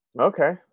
okay